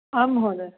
आं महोदय